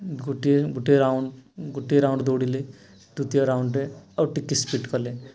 ଗୋଟିଏ ଗୋଟେ ରାଉଣ୍ଡ ଗୋଟେ ରାଉଣ୍ଡ ଦୌଡ଼ିଲି ତୃତୀୟ ରାଉଣ୍ଡରେ ଆଉ ଟିକେ ସ୍ପିଡ୍ କଲେ